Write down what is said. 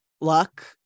luck